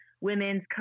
women's